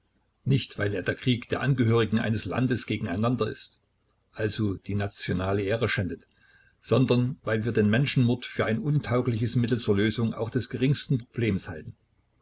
nicht weil er der krieg der angehörigen eines landes gegeneinander ist also die nationale ehre schändet sondern weil wir den menschenmord für ein untaugliches mittel zur lösung auch des geringsten problems halten